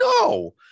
no